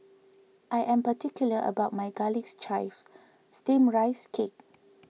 I am particular about my Garlic Chives Steamed Rice Cake